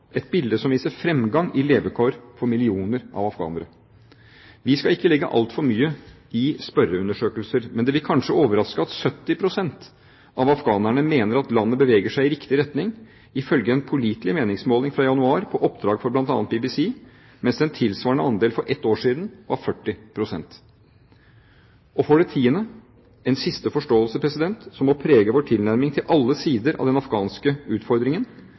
et bilde som viser fremgang i levekår for millioner av afghanere. Vi skal ikke legge altfor mye i spørreundersøkelser, men det vil kanskje overraske at 70 pst. av afghanerne mener at landet beveger seg i riktig retning – ifølge en pålitelig meningsmåling fra januar på oppdrag for bl.a. BBC – mens den tilsvarende andel for ett år siden var 40 pst. Og for det tiende – og en siste forståelse, som må prege vår tilnærming til alle sider av den afghanske utfordringen: